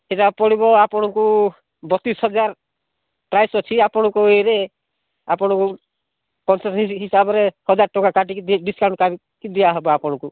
ସେଇଟା ପଡ଼ିବ ଆପଣଙ୍କୁ ବତିଶ ହଜାର ପ୍ରାଇସ୍ ଅଛି ଆପଣଙ୍କ ଇଏରେ ଆପଣଙ୍କୁ କନ୍ସେସନ୍ ହିସାବରେ ହଜାର ଟଙ୍କା କାଟିକଋ ଡିସ୍କାଉଣ୍ଟ୍ କରିକି ଦିଆହେବ ଆପଣଙ୍କୁ